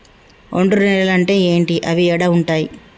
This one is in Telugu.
ఒండ్రు నేలలు అంటే ఏంటి? అవి ఏడ ఉంటాయి?